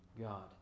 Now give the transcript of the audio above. God